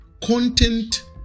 content